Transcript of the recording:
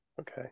Okay